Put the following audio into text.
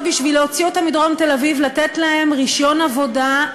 לתת להם רישיון עבודה,